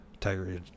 tiger